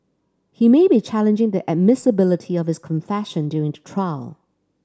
he may be challenging the admissibility of his confession during the trial